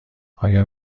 آیا